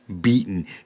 beaten